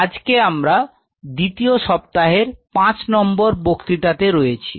আজকে আমরা দ্বিতীয় সপ্তাহের 5 নম্বর বক্তৃতাতে রয়েছি